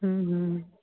हूँ हूँ